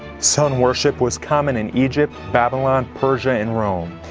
sun worship was common in egypt, babylon, persia and rome.